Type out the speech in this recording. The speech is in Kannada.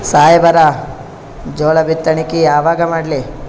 ಸಾಹೇಬರ ಜೋಳ ಬಿತ್ತಣಿಕಿ ಯಾವಾಗ ಮಾಡ್ಲಿ?